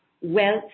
wealth